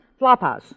Flophouse